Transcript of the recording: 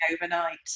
Overnight